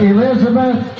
Elizabeth